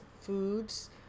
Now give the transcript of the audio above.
foods